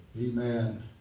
Amen